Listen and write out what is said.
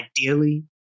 ideally